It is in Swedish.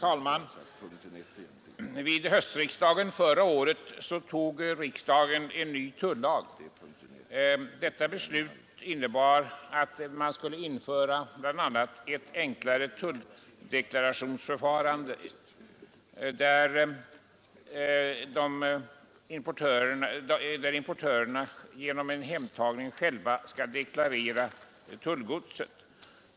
Herr talman! Förra årets höstriksdag antog en ny tullag, ett beslut som bl.a. innebar införande av ett enklare tulldeklarationsförfarande, där importörerna själva skall deklarera tullgodset efter dess hemtagning.